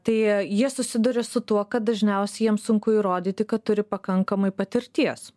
tai jie susiduria su tuo kad dažniausiai jiems sunku įrodyti kad turi pakankamai patirties